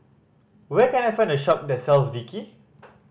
where can I find a shop that sells Vichy